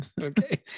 Okay